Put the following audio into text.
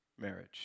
marriage